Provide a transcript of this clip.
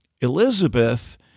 Elizabeth